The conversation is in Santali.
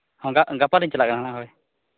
ᱦᱚᱸ ᱜᱟᱯᱟ ᱜᱟᱯᱟᱞᱤᱧ ᱪᱟᱞᱟᱜ ᱠᱟᱱᱟ ᱦᱟᱸᱜ ᱦᱳᱭ